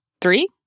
three